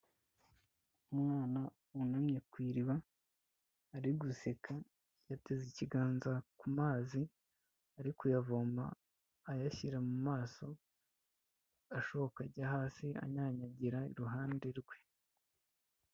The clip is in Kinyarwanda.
Umwana wunamye ku iriba ari guseka, yateze ikiganza ku mazi ari kuyavoma ayashyira mu maso, ashoka ajya hasi anyanyagira iruhande rwe.